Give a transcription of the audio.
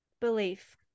belief